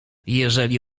jeżeli